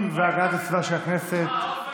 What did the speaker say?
של השוטרים שפצעו,